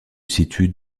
situe